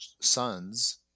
sons